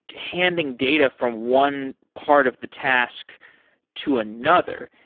handing data from one part of the task to another.